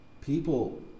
People